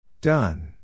Done